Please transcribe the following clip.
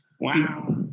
wow